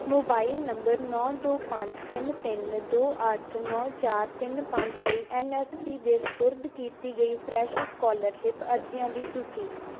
mobile number ਨੌਂ ਦੋ ਪੰਜ ਤਿੰਨ ਤਿੰਨ ਦੋ ਅੱਠ ਨੌਂ ਚਾਰ ਤਿੰਨ ਪੰਜ ਲਈ ਐੱਨ ਐੱਸ ਪੀ ਦੇ ਸਪੁਰਦ ਕੀਤੀ ਗਈ ਫਰੈਸ਼ ਸਕੋਲਰਸ਼ਿਪ ਅਰਜ਼ੀਆਂ ਦੀ ਸੂਚੀ